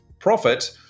profit